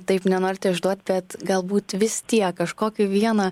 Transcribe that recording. taip nenorite išduot bet galbūt vis tiek kažkokį vieną